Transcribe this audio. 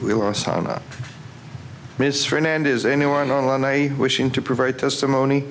we want to sign up ms for an end is anyone on line i wishing to provide testimony